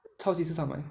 超级市场买